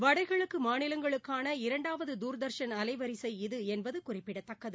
வடகிழக்கு மாநிலங்களுக்கான இரண்டாவது துர்தர்ஷன் அலைவரிசை என்பது இது குறிப்பிடத்தக்கது